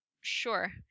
Sure